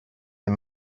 the